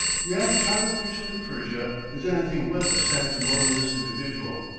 the average high official in persia is anything but a sanctimonious individual,